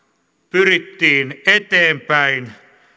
pyrittiin eteenpäin